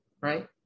right